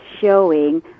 showing